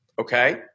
Okay